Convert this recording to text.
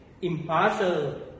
impartial